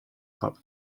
cop